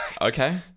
Okay